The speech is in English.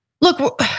look